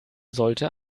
sollte